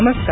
नमस्कार